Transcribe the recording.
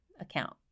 account